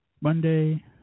Monday